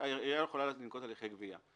העירייה יכולה לנקוט הליכי גבייה.